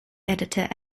editor